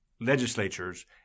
legislatures